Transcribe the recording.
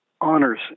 honors